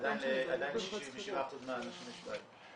עדיין ל-67% מהאנשים יש בית.